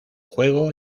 juego